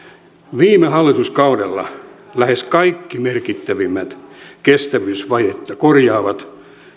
viime hallituskaudella lähes kaikki merkittävimmät kestävyysvajetta korjaavat